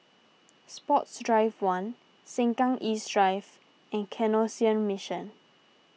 Sports Drive one Sengkang East Drive and Canossian Mission